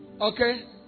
Okay